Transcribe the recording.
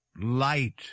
light